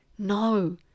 No